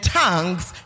tongues